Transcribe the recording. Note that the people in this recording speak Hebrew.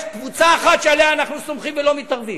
יש קבוצה אחת שעליה אנחנו סומכים ולא מתערבים,